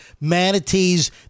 manatees